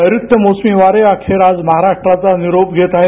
नैऋत्य मोसमी वारे यखेर आज महाराष्ट्राचा निरोप घेत आहेत